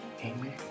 Amen